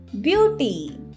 Beauty